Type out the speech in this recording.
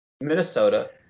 Minnesota